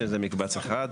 שזה מקבץ אחד.